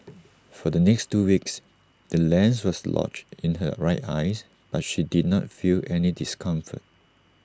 for the next two weeks the lens was lodged in her right eyes but she did not feel any discomfort